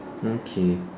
okay